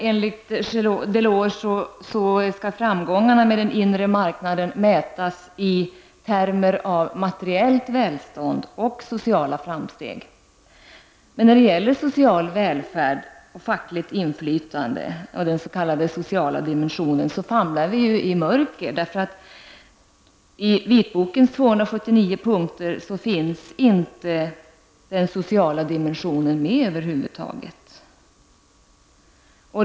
Enligt Delors skall framgångarna med den inre marknaden mätas i termer av materiellt välstånd och sociala framsteg. När det gäller den sociala välfärden, fackligt inflytande och den s.k. sociala dimensionen famlar vi i mörker. I vitbokens 279 punkter finns inte den sociala dimensionen med över huvud taget.